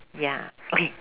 ya okay